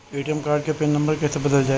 ATM card के PIN number कईसे बदलल जाई?